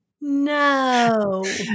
No